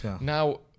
now